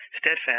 steadfast